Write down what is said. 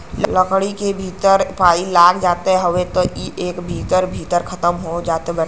लकड़ी के भीतर पाई लाग जात हवे त इ एके भीतरे भीतर खतम हो जात बाटे